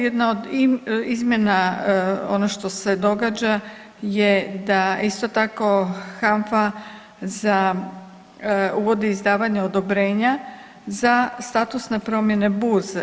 Jedna od izmjena ono što se događa je da isto tako HANFA uvodi izdavanje odobrenja za statusne promjene burze.